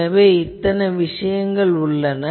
எனவே இதில் இத்தனை விஷயங்கள் உள்ளன